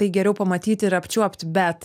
tai geriau pamatyti ir apčiuopt bet